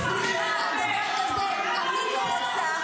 סליחה, דבר כזה אני לא רוצה.